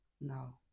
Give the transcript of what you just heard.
No